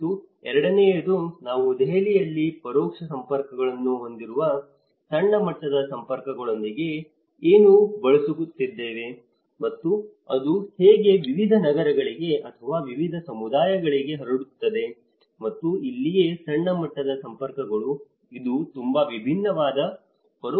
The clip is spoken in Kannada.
ಮತ್ತು ಎರಡನೆಯದು ನಾವು ದೆಹಲಿಯಲ್ಲಿ ಪರೋಕ್ಷ ಸಂಪರ್ಕಗಳನ್ನು ಹೊಂದಿರುವ ಸಣ್ಣ ಮಟ್ಟದ ಸಂಪರ್ಕಗಳೊಂದಿಗೆ ಏನು ಬಳಸುತ್ತಿದ್ದೇವೆ ಮತ್ತು ಅದು ಹೇಗೆ ವಿವಿಧ ನಗರಗಳಿಗೆ ಅಥವಾ ವಿವಿಧ ಸಮುದಾಯಗಳಿಗೆ ಹರಡುತ್ತದೆ ಮತ್ತು ಇಲ್ಲಿಯೇ ಸಣ್ಣ ಮಟ್ಟದ ಸಂಪರ್ಕಗಳು ಇದು ತುಂಬಾ ವಿಭಿನ್ನವಾದ ಪರೋಕ್ಷ ಜಾಲಗಳು ಜೊತೆಗೆ ಹೋಗುತ್ತದೆ